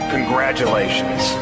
Congratulations